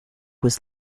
was